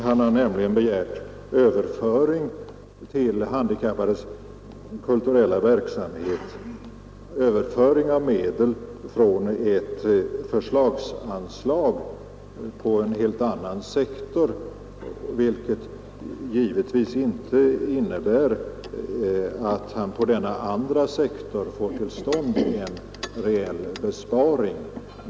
Han har nämligen begärt överföring av medel till handikappades kulturella verksamhet från ett förslagsanslag på en helt annan sektor, vilket givetvis inte innebär att han på denna andra sektor får till stånd en reell besparing.